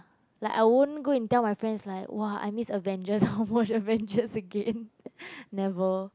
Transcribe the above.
like I won't go and tell my friends like !wah! I miss Avengers I want watch Avengers again never